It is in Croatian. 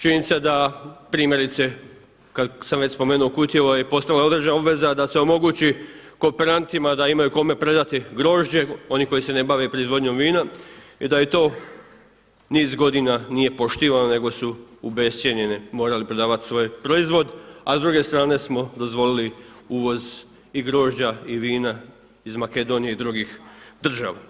Činjenica je da primjerice kada sam već spomenuo Kutjevo je postala i određena obveza da se omogući kooperantima da imaju kome predati grožđe, oni koji se ne bave proizvodnjom vina i da to niz godina nije poštivano nego su u bescjenje morali prodavati svoj proizvod a s druge strane smo dozvolili uvoz i grožđa i vina iz Makedonije i drugih država.